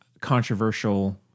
controversial